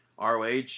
ROH